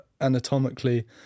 anatomically